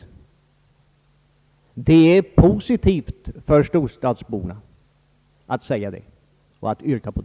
Att säga detta och att yrka på detta är positivt för storstadsborna. Tack, herr talman!